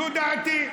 זו דעתי.